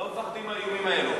לא מפחדים מהאיומים האלה.